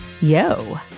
yo